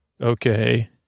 Okay